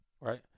Right